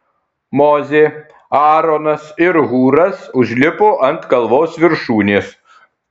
mozė aaronas ir hūras užlipo ant kalvos viršūnės